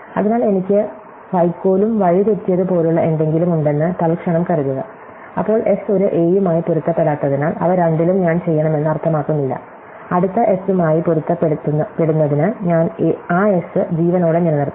അതിനാൽ എനിക്ക് വൈക്കോലും വഴിതെറ്റിയതുപോലുള്ള എന്തെങ്കിലും ഉണ്ടെന്ന് തൽക്ഷണം കരുതുക അപ്പോൾ എസ് ഒരു എയുമായി പൊരുത്തപ്പെടാത്തതിനാൽ അവ രണ്ടിലും ഞാൻ ചെയ്യണമെന്ന് അർത്ഥമാക്കുന്നില്ല അടുത്ത എസ് മായി പൊരുത്തപ്പെടുന്നതിന് ഞാൻ ആ എസ് ജീവനോടെ നിലനിർത്തണം